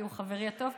כי הוא חברי הטוב.